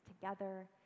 together